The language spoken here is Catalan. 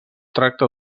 tracta